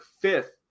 fifth